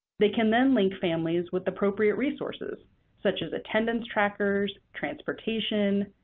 they can then link families with appropriate resources such as attendance trackers, transportation,